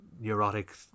neurotic